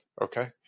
Okay